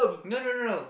no no no no